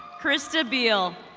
christa beel.